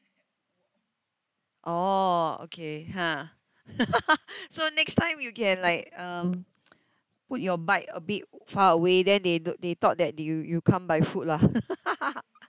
oh okay ha so next time you can like um put your bike a bit far away then they d~ they thought that you you come buy foot lah